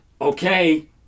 okay